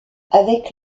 avec